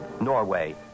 Norway